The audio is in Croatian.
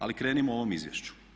Ali krenimo o ovom izvješću.